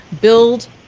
build